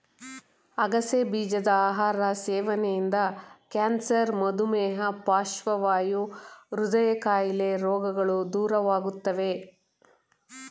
ಅಗಸೆ ಬೀಜದ ಆಹಾರ ಸೇವನೆಯಿಂದ ಕ್ಯಾನ್ಸರ್, ಮಧುಮೇಹ, ಪಾರ್ಶ್ವವಾಯು, ಹೃದಯ ಕಾಯಿಲೆ ರೋಗಗಳು ದೂರವಾಗುತ್ತವೆ